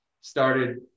started